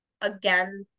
again